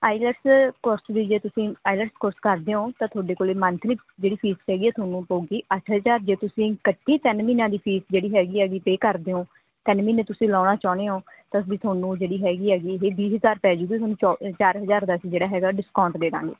IELTS course ਵੀ ਜੇ ਤੁਸੀਂ ਆਈਲੈਟਸ ਕੋਰਸ ਕਰਦੇ ਹੋ ਤਾਂ ਤੁਹਾਡੇ ਕੋਲ ਮੰਥਲੀ ਜਿਹੜੀ ਫੀਸ ਹੈਗੀ ਆ ਤੁਹਾਨੂੰ ਪਊਗੀ ਅੱਠ ਹਜ਼ਾਰ ਜੇ ਤੁਸੀਂ ਇਕੱਠੀ ਤਿੰਨ ਮਹੀਨਿਆਂ ਦੀ ਫੀਸ ਜਿਹੜੀ ਹੈਗੀ ਹੈਗੀ ਪੇ ਕਰਦੇ ਹੋ ਤਿੰਨ ਮਹੀਨੇ ਤੁਸੀਂ ਲਾਉਣਾ ਚਾਹੁੰਦੇ ਹੋ ਤਾਂ ਵੀ ਤੁਹਾਨੂੰ ਜਿਹੜੀ ਹੈਗੀ ਹੈਗੀ ਇਹ ਵੀਹ ਹਜ਼ਾਰ ਪੈ ਜੂਗੀ ਤੁਹਾਨੂੰ ਚੋ ਚਾਰ ਹਜ਼ਾਰ ਚਾਰ ਹਜ਼ਾਰ ਜਿਹੜਾ ਹੈਗਾ ਡਿਸਕਾਊਂਟ ਦੇ ਦੇਵਾਂਗੇ